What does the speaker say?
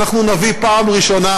אנחנו נביא פעם ראשונה,